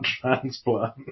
transplant